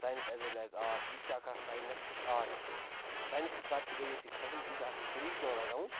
science as well as art یہِ تہِ چھُ اَکھ ساینَس تہٕ یہِ چھُ آٹ اَکھ ساینَس حِسابہٕ تِکیٛازِ یَتھ یہِ کھَسُن چھُ یہِ چھُ اَکھ طریٖقہٕ پٮ۪وان لَگاوُن